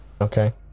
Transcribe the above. Okay